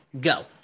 go